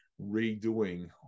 redoing